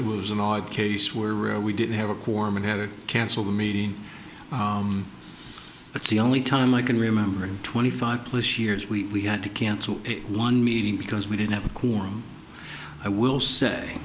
it was an odd case were we didn't have a quorum and had to cancel the meeting but the only time i can remember in twenty five plus years we had to cancel one meeting because we didn't have a quorum i will say